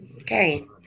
Okay